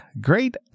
great